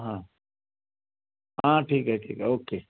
हां हां ठीक आहे ठीक आहे ओके